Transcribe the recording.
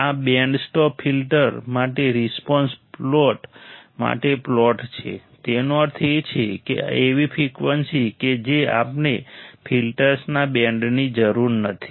આ band stop filter માટે response plot માટે પ્લોટ છે તેનો અર્થ એ છે કે એવી ફ્રિકવન્સી કે જે આપણને ફ્રિકવન્સીના બેન્ડની જરૂર નથી